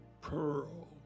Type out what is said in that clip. pearl